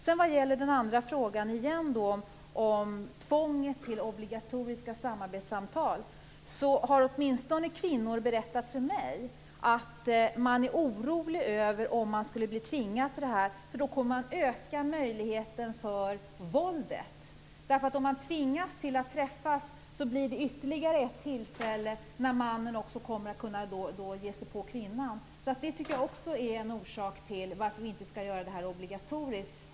När det återigen gäller frågan om tvånget till obligatoriska samarbetssamtal har kvinnor berättat för mig att de är oroliga över att bli tvingade till detta, eftersom man då ökar möjligheterna till våld. Om man tvingas att träffas blir det ytterligare ett tillfälle då mannen kan ge sig på kvinnan. Det tycker jag också är en orsak till varför vi inte skall göra detta obligatoriskt.